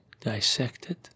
dissected